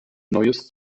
neues